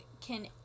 can-